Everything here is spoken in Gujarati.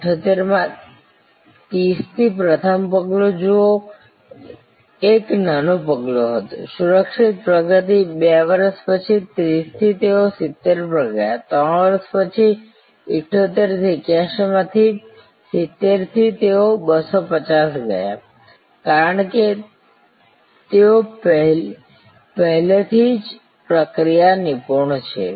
1978 માં30 થી પ્રથમ પગલું જુઓ એક નાનું પગલું હતું સુરક્ષિત પ્રગતિ 2 વર્ષ પછી 30 થી તેઓ 70 પર ગયા 3 વર્ષ પછી 78 થી 81 માં 70 થી તેઓ 250 પર ગયા કારણ કે તેઓ પહેલેથી જ પ્રક્રિયામાં નિપુણ છે